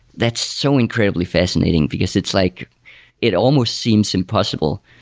that's so incredibly fascinating, because it's like it almost seems impossible.